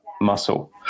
muscle